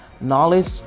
Knowledge